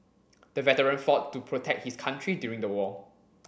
the veteran fought to protect his country during the war